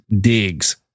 digs